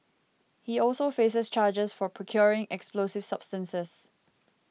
he also faces charges for procuring explosive substances